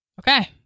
Okay